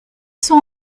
sont